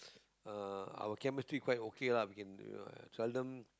uh our chemistry quite okay lah I mean we can seldom